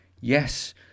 Yes